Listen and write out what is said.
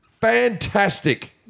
Fantastic